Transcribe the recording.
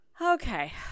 Okay